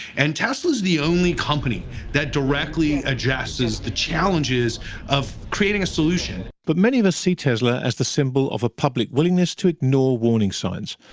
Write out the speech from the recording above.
and tesla's is the only company that directly and addresses the challenges of creating a solution. but many of us see tesla as the symbol of a public willingness to ignore warning signs.